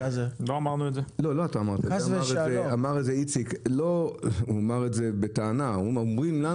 אמר את זה איציק, הוא אמר את זה בטענה, אומרים לנו